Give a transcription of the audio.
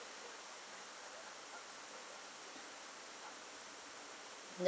yup